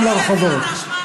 אין גבול לצביעות?